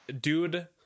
dude